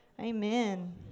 Amen